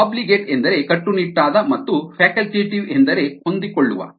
obligate ಎಂದರೆ ಕಟ್ಟುನಿಟ್ಟಾದ ಮತ್ತು ಫ್ಯಾಕಲ್ಟೇಟಿವ್ ಎಂದರೆ ಹೊಂದಿಕೊಳ್ಳುವ